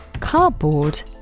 cardboard